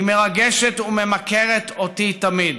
היא מרגשת וממכרת אותי תמיד.